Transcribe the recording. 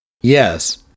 Yes